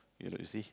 you know you see